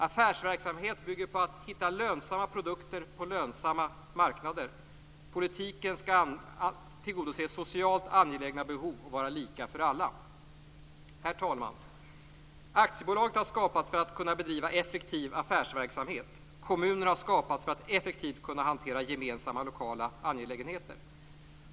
Affärsverksamhet bygger på att hitta lönsamma produkter på lönsamma marknader. Politiken skall tillgodose socialt angelägna behov och vara lika för alla. Herr talman! Aktiebolaget har skapats för att kunna bedriva effektiv affärsverksamhet. Kommunen har skapats för att effektivt kunna hantera gemensamma lokala angelägenheter.